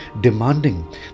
demanding